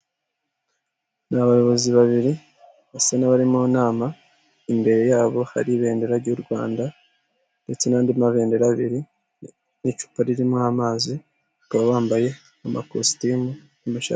N 'abayobozi babiri basa n'abari mu nama, imbere yabo har'ibendera ry'u Rwanda ndetse nandi mabendera abiri n'icupa ririm' amazi, bakaba bambaye amakositimu n'amashati